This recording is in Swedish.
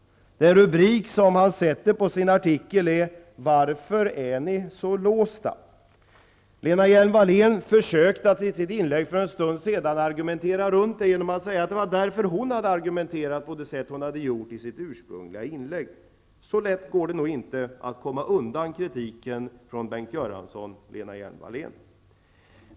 Rubriken på hans artikel lyder: ''Varför är ni så låsta?'' Lena Hjelm-Wallén försökte för en stund sedan i sitt inlägg så att säga argumentera runt det hela genom att säga att det var därför som hon argumenterade som hon gjorde i sitt ursprungliga inlägg. Men så lätt går det nog inte att komma undan Bengt Göranssons kritik, Lena Hjelm-Wallén!